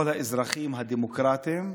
כל האזרחים הדמוקרטים,